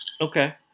Okay